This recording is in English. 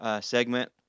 segment